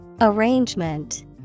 Arrangement